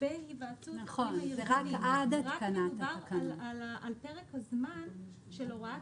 בין היוועצות --- ורק מדווח על פרק הזמן של הוראת